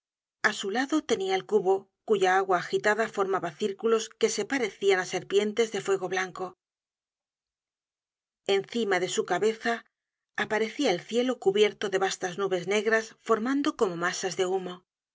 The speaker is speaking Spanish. a su lado tenia el cubo cuya agua agitada formaba círculos que se parecian á serpientes de fuego blanco encima de su cabeza aparecia el cielo cubierto de vastas nubes negras formando como masas de humo la